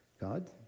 God